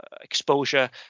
exposure